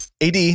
AD